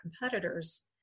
competitors